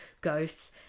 ghosts